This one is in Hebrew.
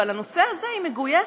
ועל הנושא הזה היא מגויסת,